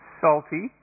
salty